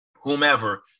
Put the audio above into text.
whomever